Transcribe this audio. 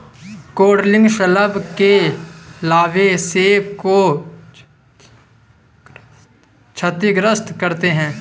codling शलभ के लार्वे सेब को क्षतिग्रस्त करते है